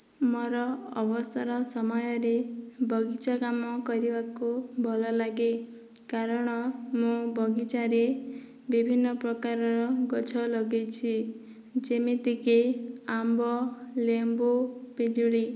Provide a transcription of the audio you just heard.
ମୋର ଅବସର ସମୟରେ ବଗିଚା କାମ କରିବାକୁ ଭଲ ଲାଗେ କାରଣ ମୁଁ ବଗିଚାରେ ବିଭିନ୍ନ ପ୍ରକାରର ଗଛ ଲଗାଇଛି ଯେମିତି କି ଆମ୍ବ ଲେମ୍ବୁ ପିଜୁଳି